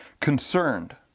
concerned